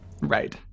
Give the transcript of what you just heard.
Right